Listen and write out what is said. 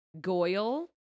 Goyle